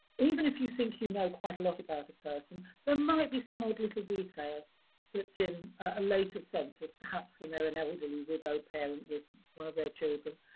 even if you think you know quite a lot about a person, there might be some odd little detail that's in a later census, perhaps, when they're an elderly widowed parent with one of their children,